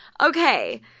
Okay